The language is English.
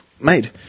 made